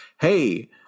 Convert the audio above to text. hey